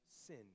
sin